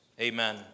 Amen